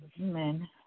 Amen